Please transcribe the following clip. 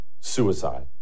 Suicide